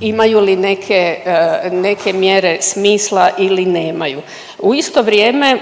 imaju li neke mjere smisla ili nemaju. U isto vrijeme